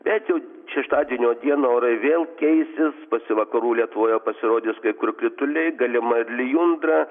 bet jau šeštadienio dieną orai vėl keisis pasi vakarų lietuvoje pasirodys kai kur krituliai galima ir lijundra